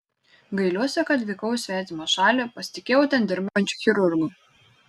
gailiuosi kad vykau į svetimą šalį pasitikėjau ten dirbančiu chirurgu